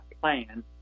plan